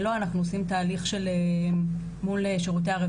מבוססים על שירותים משלימים של משרדי ממשלה אחרים שאין את זה,